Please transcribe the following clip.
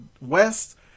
West